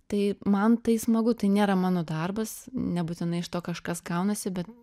tai man tai smagu tai nėra mano darbas nebūtinai iš to kažkas gaunasi bet